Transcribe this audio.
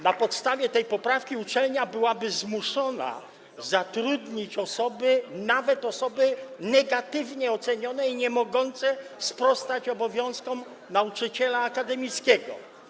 Na podstawie tej poprawki uczelnia byłaby zmuszona zatrudnić nawet osoby negatywnie ocenione i niemogące sprostać obowiązkom nauczyciela akademickiego.